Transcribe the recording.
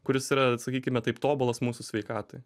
kuris yra sakykime taip tobulas mūsų sveikatai